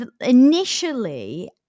initially